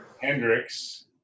Hendrix